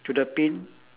one socks yes